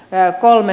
tää kolme